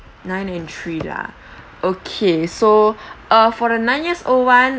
nine and three lah okay so uh for the nine years old [one]